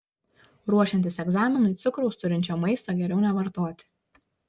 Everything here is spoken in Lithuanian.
ruošiantis egzaminui cukraus turinčio maisto geriau nevartoti